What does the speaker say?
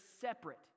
separate